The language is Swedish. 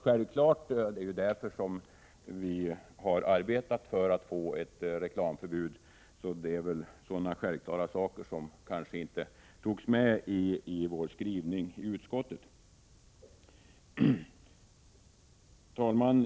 Ja, det är därför vi har arbetat för ett reklamförbud, men eftersom vi ansåg det här resultatet som självklart togs det inte med i utskottsmajoritetens skrivning. Herr talman!